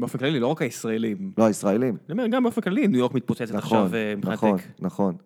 באופן כללי לא רק הישראלים. לא, הישראלים. אני אומר, גם באופן כללי ניו יורק מתפוצצת עכשיו מבחינת טק. נכון, נכון.